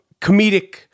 comedic